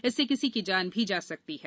इससे किसी की जान भी जा सकती है